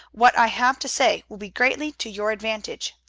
what i have to say will be greatly to your advantage.